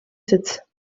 sitz